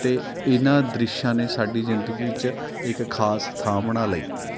ਅਤੇ ਇਹਨਾਂ ਦ੍ਰਿਸ਼ਾਂ ਨੇ ਸਾਡੀ ਜ਼ਿੰਦਗੀ 'ਚ ਇੱਕ ਖਾਸ ਥਾਂ ਬਣਾ ਲਈ